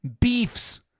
beefs